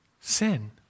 sin